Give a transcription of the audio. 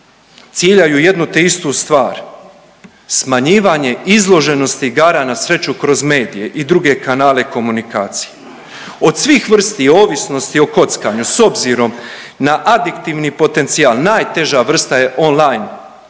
ciljaju jednu te istu stvar, smanjivanje izloženosti igara na sreću kroz medije i druge kanale komunikacije. Od svih vrsti ovisnosti o kockanju s obzirom na adiktivni potencijal najteža vrsta je on-line